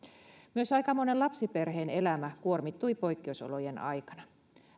myös aika monen lapsiperheen elämä kuormittui poikkeusolojen aikana